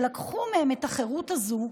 שלקחו מהם את החירות הזאת,